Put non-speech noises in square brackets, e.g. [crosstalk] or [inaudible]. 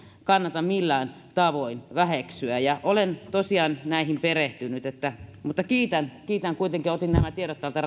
kannata millään tavoin väheksyä olen tosiaan näihin perehtynyt mutta kiitän kiitän kuitenkin otin nämä tiedot täältä [unintelligible]